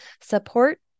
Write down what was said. support